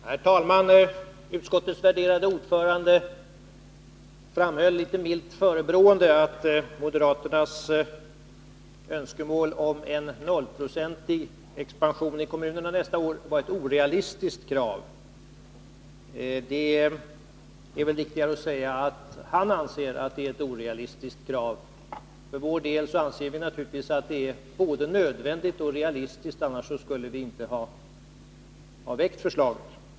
Herr talman! Utskottets värderade ordförande framhöll, litet milt förebrående, att moderaternas önskemål om en nollprocentig expansion i kommunerna nästa år var ett orealistiskt krav. Det är riktigare att säga att han anser att det är ett orealistiskt krav. För vår del anser vi naturligtvis att det är både nödvändigt och realistiskt, annars skulle vi inte ha väckt förslaget.